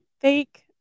fake